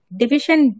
division